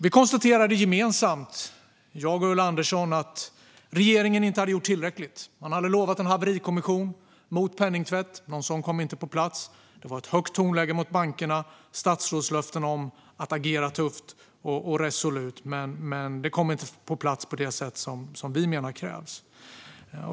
Vi konstaterade gemensamt, jag och Ulla Andersson, att regeringen inte hade gjort tillräckligt. Man hade utlovat en haverikommission mot penningtvätt. Någon sådan kom inte på plats. Det var ett högt tonläge mot bankerna, och statsråd lovade att agera tufft och resolut. Men det kom inte på plats på det sätt som vi menar krävs.